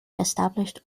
established